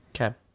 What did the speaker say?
Okay